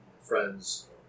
friends